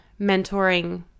mentoring